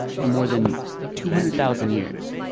for more than two hundred thousand years.